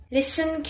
Listen